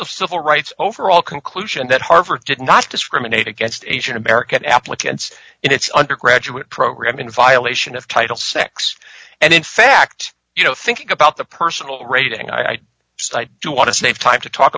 of civil rights overall conclusion that harvard did not discriminate against asian american applicants in its undergraduate program in violation of title six and in fact you know thinking about the personal rating i do want to save time to talk